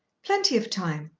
plenty of time.